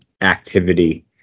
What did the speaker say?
activity